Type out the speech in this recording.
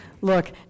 look